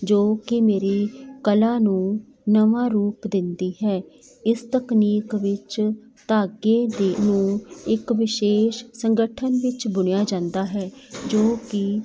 ਜੋ ਕਿ ਮੇਰੀ ਕਲਾ ਨੂੰ ਨਵਾਂ ਰੂਪ ਦਿੰਦੀ ਹੈ ਇਸ ਤਕਨੀਕ ਵਿੱਚ ਧਾਗੇ ਦੀ ਨੂੰ ਇੱਕ ਵਿਸ਼ੇਸ਼ ਸੰਗਠਨ ਵਿੱਚ ਬੁਣਿਆ ਜਾਂਦਾ ਹੈ ਜੋ ਕਿ